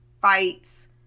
fights